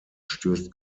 stößt